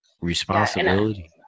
responsibility